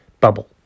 bubble